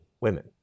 women